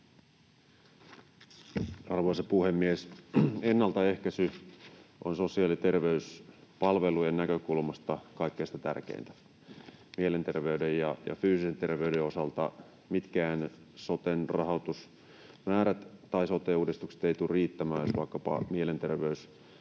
Arvoisa puhemies! Ennaltaehkäisy on sosiaali- ja terveyspalvelujen näkökulmasta kaikista tärkeintä. Mielenterveyden ja fyysisen terveyden osalta mitkään soten rahoitusmäärät tai sote-uudistukset eivät tule riittämään, jos vaikkapa mielenterveysongelmiin